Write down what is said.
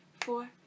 four